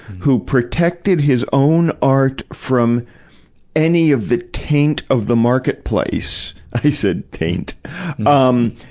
who protected his own art from any of the taint of the marketplace i said taint um